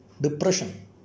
depression